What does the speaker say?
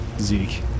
Zeke